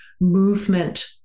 movement